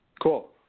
Cool